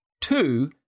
Two